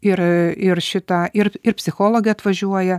ir ir šita ir ir psichologai atvažiuoja